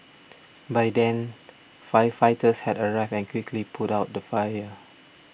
by then firefighters had arrived and quickly put out the fire